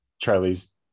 charlie's